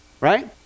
right